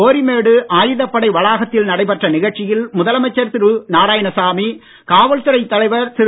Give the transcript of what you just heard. கோரிமேடு ஆயுதப்படை வளாகத்தில் நடைபெற்ற நிகழ்ச்சியில் முதலமைச்சர் திரு நாராயணசாமி காவல்துறை தவைர் திரு